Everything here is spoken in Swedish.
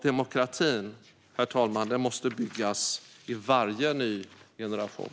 Demokratin måste byggas i varje ny generation.